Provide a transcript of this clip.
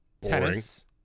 Tennis